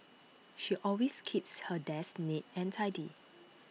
she always keeps her desk neat and tidy